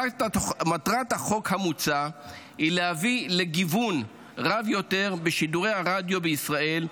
מטרת החוק המוצע היא להביא לגיוון רב יותר בשידורי הרדיו בישראל,